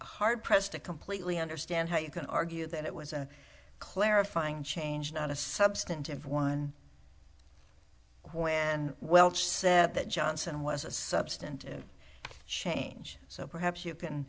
hard pressed to completely understand how you can argue that it was a clarifying change not a substantive one when welch said that johnson was a substantive change so perhaps you can